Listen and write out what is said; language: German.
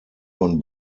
von